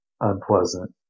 unpleasant